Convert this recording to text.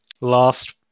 last